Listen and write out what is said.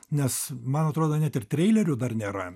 nes man atrodo net ir treilerių dar nėra